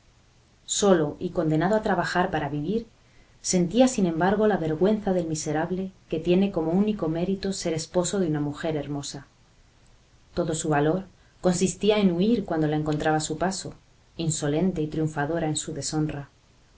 solo y condenado a trabajar para vivir sentía sin embargo la vergüenza del miserable que tiene como único mérito ser esposo de una mujer hermosa todo su valor consistía en huir cuando la encontraba a su paso insolente y triunfadora en su deshonra